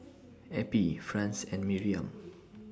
Eppie Franz and Miriam